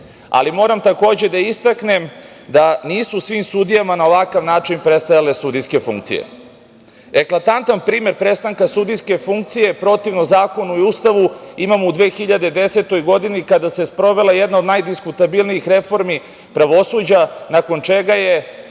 glasanje. Moram takođe i da istaknem da nisu svim sudijama na ovakav način prestajale sudijske funkcije. Eklatantan primer prestanka sudijske funkcije protivno zakonu i Ustavu imamo u 2010. godini kada se sprovela jedna od najdiskutabilnijih reformi pravosuđa nakon čega je